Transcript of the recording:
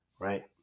Right